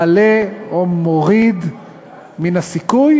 מעלה או מוריד מן הסיכוי